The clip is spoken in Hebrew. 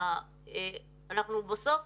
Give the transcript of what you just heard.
אנחנו כל הזמן,